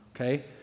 okay